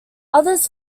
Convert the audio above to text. others